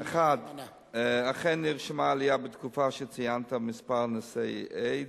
1. אכן נרשמה עלייה בתקופה שציינת במספר נשאי האיידס.